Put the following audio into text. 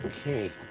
Okay